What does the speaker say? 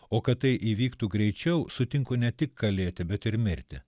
o kad tai įvyktų greičiau sutinku ne tik kalėti bet ir mirti